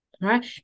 right